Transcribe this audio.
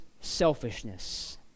selfishness